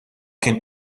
kien